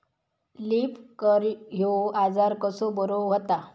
Leaf curl ह्यो आजार कसो बरो व्हता?